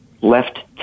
left